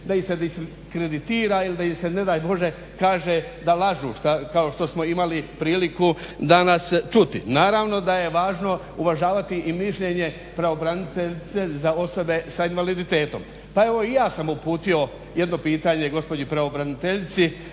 da ih se diskreditira ili da im se ne daj Bože kaže da lažu kao što smo imali priliku danas čuti. Naravno da je važno uvažavati i mišljenje pravobraniteljice za osobe s invaliditetom. Pa evo i ja sam uputio jedno pitanje gospođi pravobraniteljici